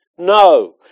No